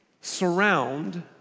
surround